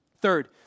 Third